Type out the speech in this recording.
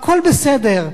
הכול בסדר.